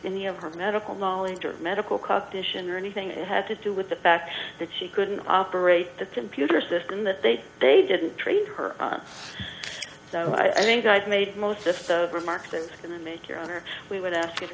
any of her medical knowledge or medical caulked ition or anything it had to do with the fact that she couldn't operate the computer system that they they didn't treat her so i think i've made most of the remarks and going to make your honor we would ask you to